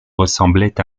ressemblait